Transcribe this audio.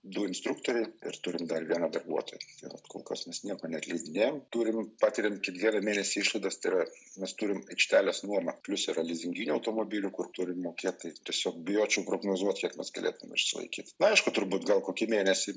du instruktoriai ir turim dar vieną darbuotoją tai vat kol kas mes nieko neatleidinėjam turim patiriam kiekvieną mėnesį išlaidas tai yra mes turim aikštelės nuomą plius yra lizinginių automobilių kur turim mokėt tai tiesiog bijočiau prognozuot kiek mes galėtume išsilaikyt aišku turbūt gal kokį mėnesį